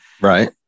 right